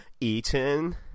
eaten